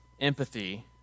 empathy